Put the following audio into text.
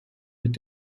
mit